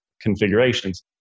configurations